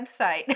website